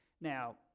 Now